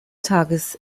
tages